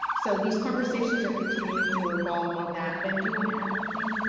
so, these conversations are continuing to evolve on that. ben, do you want to add anything?